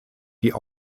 die